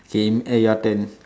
game eh your turn